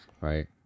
right